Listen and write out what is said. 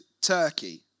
turkey